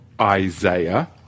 Isaiah